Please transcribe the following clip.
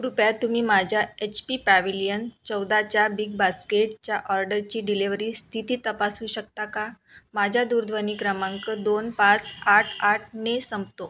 कृपया तुम्ही माझ्या एच पी पॅविलियन चौदाच्या बिग बास्केटच्या ऑर्डरची डिलिव्हरी स्थिती तपासू शकता का माझा दूरध्वनी क्रमांक दोन पाच आठ आठ ने संपतो